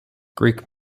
greek